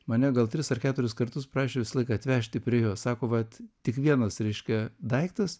mane gal tris ar keturis kartus prašė visąlaik atvežti prie jo sako vat tik vienas reiškia daiktas